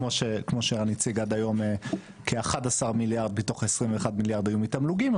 כמו שערן הציג עד היום כ-11 מיליארד מתוך 21 מיליארד יהיו מתמלוגים,